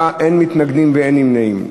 49 בעד, אין מתנגדים ואין נמנעים.